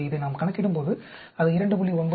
எனவே இதை நாம் கணக்கிடும்போது அது 2